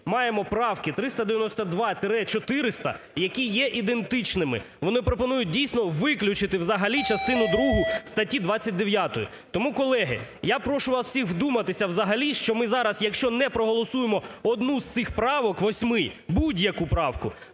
маємо правки 392-400, які є ідентичними, вони пропонують, дійсно, виключити взагалі частину другу статті 29. Тому, колеги, я прошу вас всіх вдуматися взагалі, що ми зараз, якщо не проголосуємо одну з цих правок восьми, будь-яку правку,